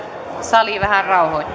sali vähän rauhoittuu